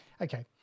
Okay